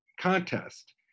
contest